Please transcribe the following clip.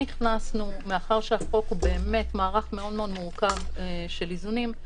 מאחר שהחוק הוא באמת מערך מאוד מאוד מורכב של איזונים,